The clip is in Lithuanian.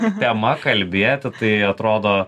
tema kalbėti tai atrodo